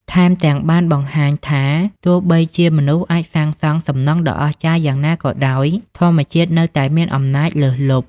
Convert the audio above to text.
ថែមទាំង បានបង្ហាញថា ទោះបីជាមនុស្សអាចសាងសង់សំណង់ដ៏អស្ចារ្យយ៉ាងណាក៏ដោយ ធម្មជាតិនៅតែមានអំណាចលើសលប់។